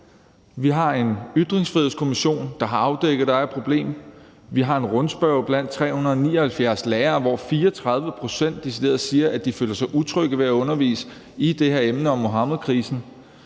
vi har en Ytringsfrihedskommission, der har afdækket, at der er et problem. Vi har en rundspørge blandt 379 lærere, hvor 34 pct. decideret siger, at de føler sig utrygge ved at undervise i det her emne om Muhammedkrisen.